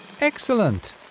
Excellent